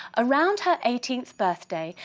around her eighteenth birthday,